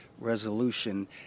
resolution